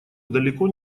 далеко